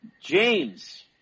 James